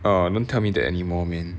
orh don't tell me that anymore man